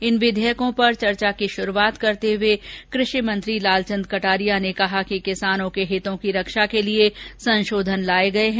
इन विधेयकों पर चर्चा की शुरूआत करते हुए कृषि मंत्री लालचंद कटारिया ने कहा कि किसानों के हितों की रक्षा के लिये संशोधन लाये ँगये है